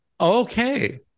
Okay